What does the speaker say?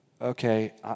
okay